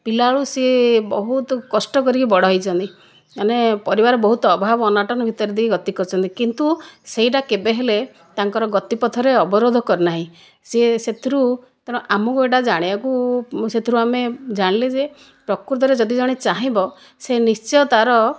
ପିଲାବେଳୁ ସିଏ ବହୁତ କଷ୍ଟ କରିକି ବଡ଼ ହୋଇଛନ୍ତି ମାନେ ପରିବାର ବହୁତ ଅଭାବ ଅନାଟନ ଭିତରେ ଦେଇ ଗତି କରିଛନ୍ତି କିନ୍ତୁ ସେହିଟା କେବେ ହେଲେ ତାଙ୍କର ଗତିପଥରେ ଅବରୋଧ କରି ନାହିଁ ସିଏ ସେଥିରୁ ତେଣୁ ଆମକୁ ଏହିଟା ଜାଣିବାକୁ ସେଥିରୁ ଆମେ ଜାଣିଲେ ଯେ ପ୍ରକୃତରେ ଯଦି ଜଣେ ଚାହିଁବ ସେ ନିଶ୍ଚୟ ତା'ର